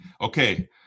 Okay